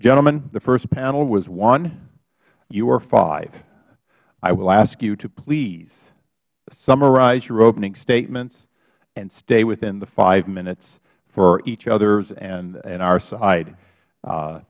gentlemen the first panel was one you are five i will ask you to please summarize your opening statements and stay within the hminutes for each others and our side